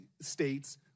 states